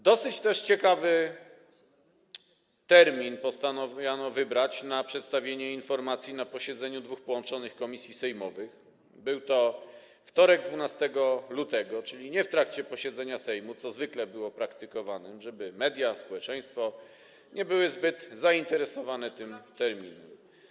Dosyć ciekawy termin postanowiono wybrać na przedstawienie informacji na posiedzeniu dwóch połączonych komisji sejmowych, był to wtorek 12 lutego, czyli zrobiono to nie w trakcie posiedzenia Sejmu, jak zwykle było praktykowane, żeby media, społeczeństwo nie były zbyt zainteresowane tym terminem.